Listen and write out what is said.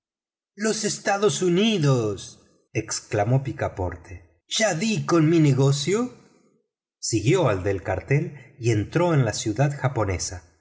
los estados unidos exclamó picaporte ya di con mi negocio siguió al del cartel y entró en la ciudad japonesa